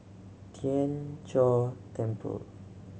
Tien Chor Temple